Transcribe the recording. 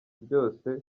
byose